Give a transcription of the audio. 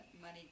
money